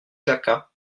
jacquat